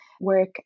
work